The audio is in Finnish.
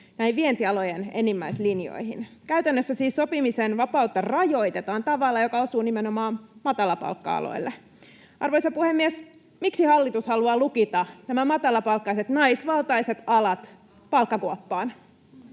kädet vientialojen enimmäislinjoihin. Käytännössä siis sopimisen vapautta rajoitetaan tavalla, joka osuu nimenomaan matalapalkka-aloille. Arvoisa puhemies, miksi hallitus haluaa lukita nämä matalapalkkaiset, naisvaltaiset alat palkkakuoppaan?